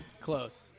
Close